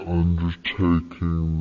undertaking